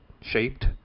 shaped